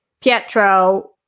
Pietro